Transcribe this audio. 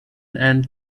and